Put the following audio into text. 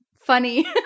funny